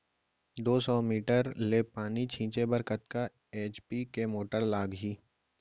दो सौ मीटर ले पानी छिंचे बर कतका एच.पी के मोटर लागही?